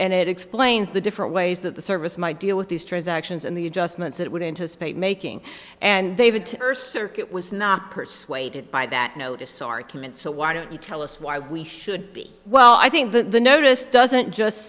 and it explains the different ways that the service might deal with these transactions and the adjustments it would anticipate making and they've it was not persuaded by that notice argument so why don't you tell us why we should be well i think that the notice doesn't just